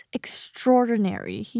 extraordinary